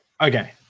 Okay